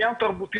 תרבותי.